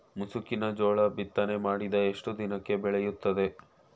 ಮುಸುಕಿನ ಜೋಳ ಬಿತ್ತನೆ ಮಾಡಿದ ಎಷ್ಟು ದಿನಕ್ಕೆ ಬೆಳೆಯುತ್ತದೆ?